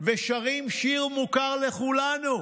ושרים שיר מוכר לכולנו,